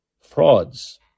frauds